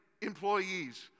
employees